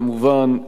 כמובן,